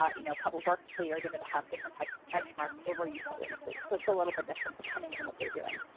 ah you know, public works fleet are going to to have different types of benchmarks over utility fleets. so it's a little bit different depending on what they're doing.